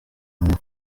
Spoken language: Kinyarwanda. mwe